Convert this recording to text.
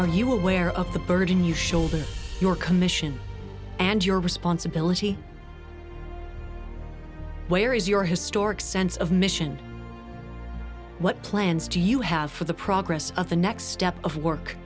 are you aware of the burden you shoulder your commission and your responsibility where is your historic sense of mission what plans do you have for the progress of the next step of work